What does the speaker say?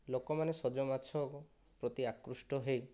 ଲୋକମାନେ ସଜ ମାଛ ପ୍ରତି ଆକୃଷ୍ଟ ହୋଇ